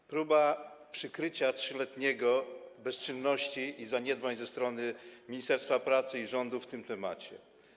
To próba przykrycia 3-letniej bezczynności i zaniedbań ze strony ministerstwa pracy i rządu w tym temacie.